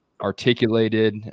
articulated